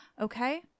Okay